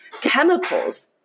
chemicals